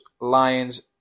Lions